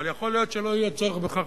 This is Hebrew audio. אבל יכול להיות שלא יהיה צורך בכך,